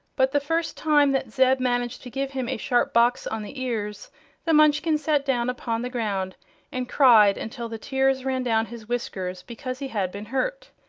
but the first time that zeb managed to give him a sharp box on the ears the munchkin sat down upon the ground and cried until the tears ran down his whiskers, because he had been hurt.